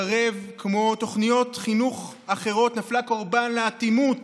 קרב, כמו תוכניות חינוך אחרות, נפלה קורבן לאטימות